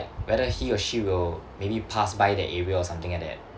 whether he or she will maybe pass by that area or something like that